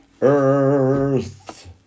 Earth